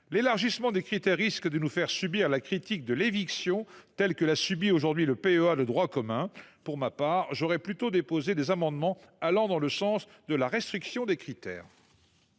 L’élargissement des critères risque de nous faire subir la critique de l’éviction telle que la subit aujourd’hui le PEA de droit commun. Pour ma part, j’aurais plutôt déposé des amendements allant dans le sens de la restriction des critères